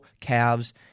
calves